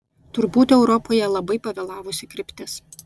turbūt europoje labai pavėlavusi kryptis